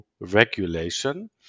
regulation